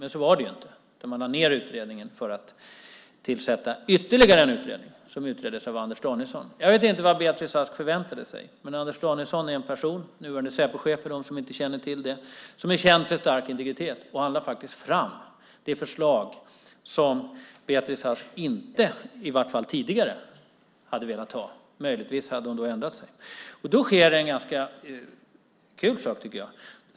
Men så var det inte, utan utredningen lades ned för att i stället tillsätta ytterligare en utredning ledd av Anders Danielsson. Jag vet inte vad Beatrice Ask förväntade sig, men Anders Danielsson är en person - nuvarande Säpochefen för dem som inte känner till det - som är känd för att ha stark integritet. Han lade faktiskt fram det förslag som Beatrice Ask inte tidigare hade velat ha. Möjligtvis hade hon då ändrat sig. Då sker en ganska kul sak, tycker jag.